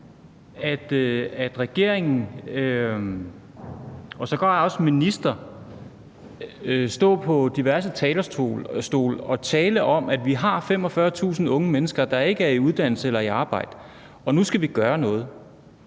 at regeringen og sågar også en minister står på diverse talerstole og taler om, at vi har 45.000 unge mennesker, der ikke er i uddannelse eller i arbejde, og at nu skal vi gøre noget.